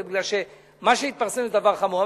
כי מה שהתפרסם זה דבר חמור,